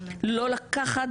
לא לקחת